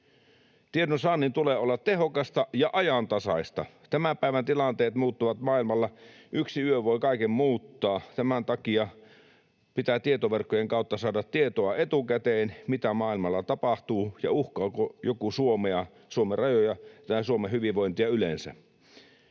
Tiedonsaannin tulee olla tehokasta ja ajantasaista. Tämän päivän tilanteet muuttuvat maailmalla — yksi yö voi kaiken muuttaa. Tämän takia pitää tietoverkkojen kautta saada etukäteen tietoa, mitä maailmalla tapahtuu ja uhkaako joku Suomea, Suomen rajoja tai Suomen hyvinvointia yleensä.